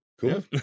cool